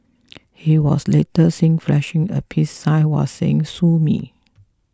he was later seen flashing a peace sign while saying sue me